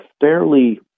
fairly